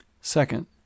Second